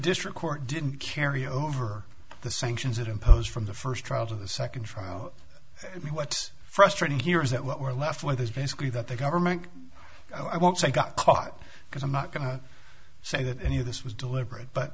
district court didn't carry over the sanctions it imposed from the first trial to the second trial i mean what's frustrating here is that what we're left with is basically that the government i won't say got caught because i'm not going to say that any of this was deliberate but